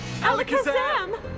Alakazam